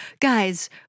guys